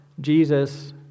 Jesus